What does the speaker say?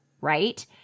right